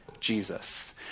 Jesus